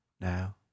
now